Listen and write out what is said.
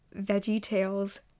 VeggieTales